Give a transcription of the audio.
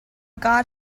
god